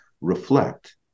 reflect